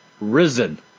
risen